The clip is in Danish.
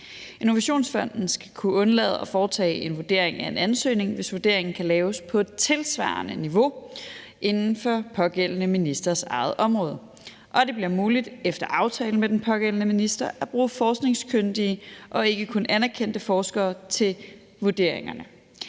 Innovationsfonden skal kunne undlade at foretage en vurdering af en ansøgning, hvis vurderingen kan laves på et tilsvarende niveau inden for pågældende ministers eget område. Og det bliver muligt efter aftale med den pågældende minister at bruge forskningskyndige og ikke kun anerkendte forskere til vurderingerne.